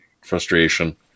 frustration